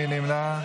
מי נמנע?